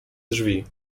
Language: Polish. drzwi